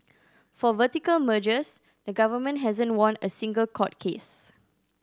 for vertical mergers the government hasn't won a single court case